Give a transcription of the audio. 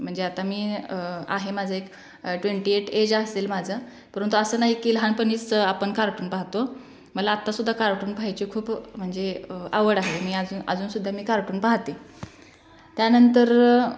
म्हणजे आता मी आहे माझं एक ट्वेंटी एट एज असेल माझं परंतु असं नाही की लहानपणीच आपण कार्टून पाहतो मला आतासुद्धा कार्टून पाहायची खूप म्हणजे आवड आहे मी अजू अजूनसुद्धा मी कार्टून पाहते त्यानंतर